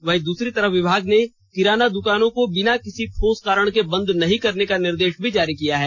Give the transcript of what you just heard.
वहीं दूसरी तरफ विभाग ने किराना दुकानों को बिना किसी ठोस कारण के बंद नहीं करने का निर्देष भी जारी किया है